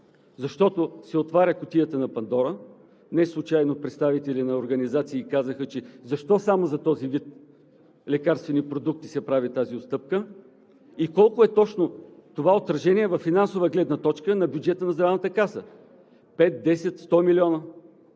защото се отваря кутията на Пандора. Неслучайно представители на организации казаха: защо само за този вид лекарствени продукти се прави тази отстъпка? Колко точно е това отражение във финансова гледна точка за бюджета на Здравната каса – 5 – 10 – 100 милиона?